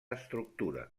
estructura